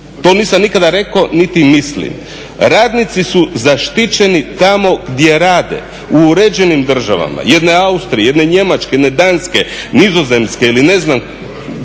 to nisam nikada rekao niti mislim. Radnici su zaštićeni tamo gdje rade, u uređenim državama, jedne Austrije, jedne Njemačke, jedne Danske, Nizozemske ili ne znam,